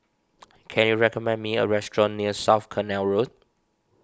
can you recommend me a restaurant near South Canal Road